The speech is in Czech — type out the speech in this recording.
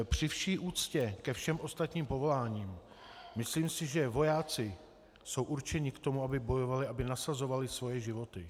Při vší úctě ke všem ostatním povoláním, myslím si, že vojáci jsou určeni k tomu, aby bojovali, aby nasazovali svoje životy.